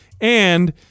and-